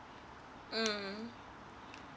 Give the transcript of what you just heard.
mm